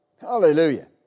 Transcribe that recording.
hallelujah